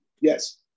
Yes